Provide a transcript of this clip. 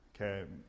Okay